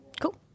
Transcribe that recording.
cool